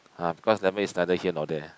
ah because lemon is neither here not there